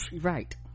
Right